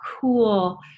cool